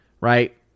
right